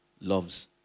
loves